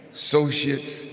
associates